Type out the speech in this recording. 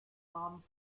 namen